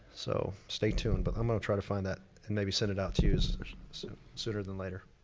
so stay tuned but i'm gonna try to find that and maybe send it out to you so so sooner than later.